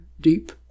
deep